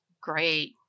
Great